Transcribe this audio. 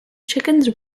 chickens